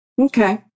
Okay